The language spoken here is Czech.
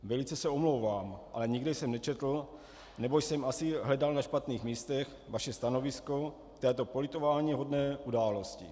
Velice se omlouvám, ale nikde jsem nečetl, nebo jsem asi hledal na špatných místech vaše stanovisko k této politováníhodné události.